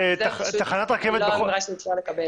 כשהיא לא יכולה לגדול.